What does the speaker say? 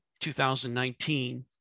2019